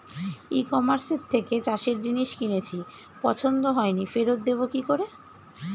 ই কমার্সের থেকে চাষের জিনিস কিনেছি পছন্দ হয়নি ফেরত দেব কী করে?